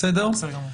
בסדר גמור.